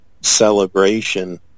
celebration